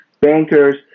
bankers